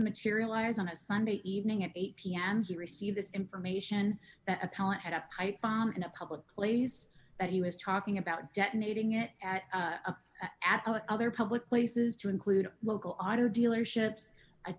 materialize on a sunday evening at eight pm he received this information that appellant had a pipe bomb in a public place that he was talking about detonating it at a at other public places to include local auto dealerships a